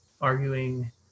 arguing